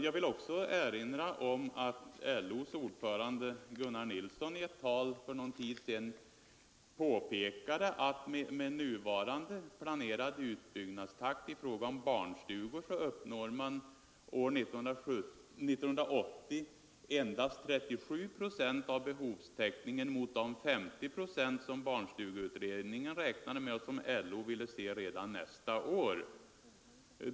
Jag vill också erinra om att LO:s ordförande Gunnar Nilsson i ett tal för någon tid sedan påpekade att man, med den nu planerade utbyggnadstakten i fråga om barnstugor, år 1980 uppnår endast en 37 procentig behovstäckning mot den 50-procentiga behovstäckning som barnstugeutredningen räknade med och som LO ville se förverkligad redan nästa år.